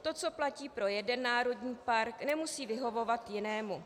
To, co platí pro jeden národní park, nemusí vyhovovat jinému.